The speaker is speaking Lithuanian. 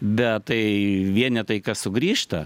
bet tai vienetai kas sugrįžta